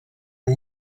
are